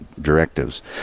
Directives